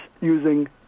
using